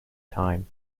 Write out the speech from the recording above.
time